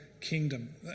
kingdom